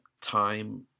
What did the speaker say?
time